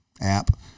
app